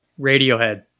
Radiohead